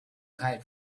kite